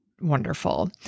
wonderful